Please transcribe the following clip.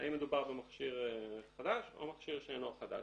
האם מדובר במכשיר חדש או במכשיר שאינו חדש.